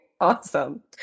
awesome